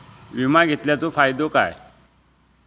विमा घेतल्याचो फाईदो काय?